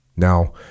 Now